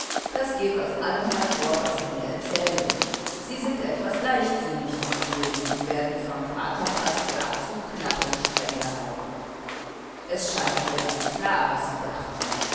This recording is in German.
das geht aus allem hervor was sie mir erzählen sie sind etwas leichtsinnig die söhne und werden vom vater fast gar zu knapp und streng gehalten es scheint mir ganz klar was sie dachten